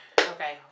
Okay